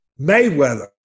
Mayweather